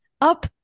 up